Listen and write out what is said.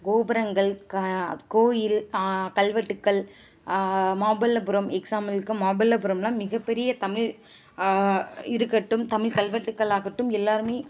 கோபுரங்கள் கோயில் கல்வெட்டுக்கள் மாபல்லபுரம் எக்ஸாம்பிள்க்கு மாபல்லபுரம்லாம் மிகப்பெரிய தமிழ் இருக்கட்டும் தமிழ் கல்வெட்டுக்கள் ஆகட்டும் எல்லாருமே